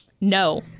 no